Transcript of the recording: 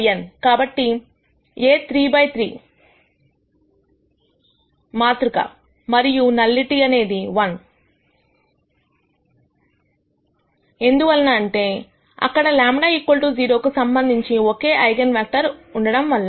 కాబట్టి A3 by 3 మాతృక మరియు నల్లిటి అనేది 1 ఎందువలన అంటే అక్కడ λ 0 కు సంబంధించి ఒకే ఐగన్ వెక్టర్ ఉండడంవల్ల